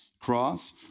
cross